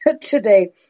today